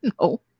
No